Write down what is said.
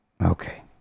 okay